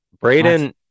Braden